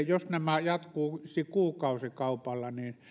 jos nämä jatkuisivat kuukausikaupalla niin jossain